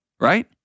right